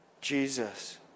Jesus